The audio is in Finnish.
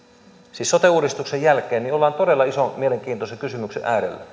siis sote uudistuksen jälkeen ollaan todella ison mielenkiintoisen kysymyksen äärellä kysyisinkin oikeastaan